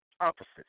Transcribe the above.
opposites